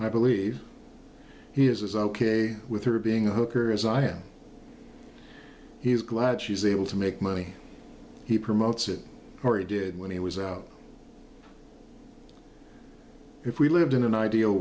i believe he is ok with her being a hooker as i am he's glad she's able to make money he promotes it or he did when he was out if we lived in an ideal